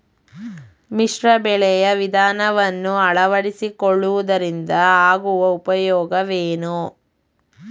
ಮಿಶ್ರ ಬೆಳೆಯ ವಿಧಾನವನ್ನು ಆಳವಡಿಸಿಕೊಳ್ಳುವುದರಿಂದ ಆಗುವ ಉಪಯೋಗವೇನು?